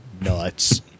nuts